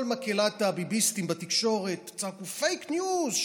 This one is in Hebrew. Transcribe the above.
מקהלת הביביסטים בתקשורת צעקו: פייק ניוז,